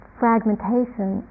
fragmentation